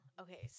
Okay